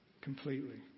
completely